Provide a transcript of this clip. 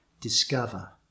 discover